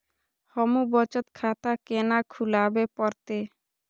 हमू बचत खाता केना खुलाबे परतें?